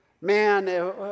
Man